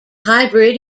hybrid